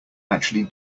actually